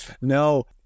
No